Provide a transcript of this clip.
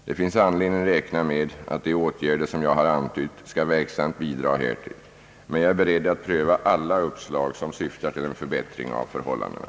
Det finns anledning att räkna med att de åtgärder som jag har antytt skall verksamt bidra härtill, men jag är beredd att pröva alla uppslag som syftar till en förbättring av förhållandena.